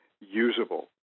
usable